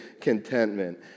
contentment